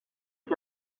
que